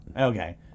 Okay